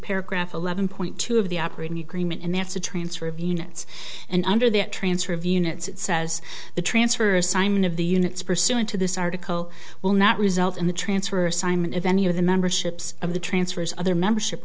paragraph eleven point two of the operating agreement and that's a transfer of units and under the transfer of units it says the transfer assignment of the units pursuant to this article will not result in the transfer or assignment of any of the memberships of the transfers other membership